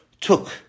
took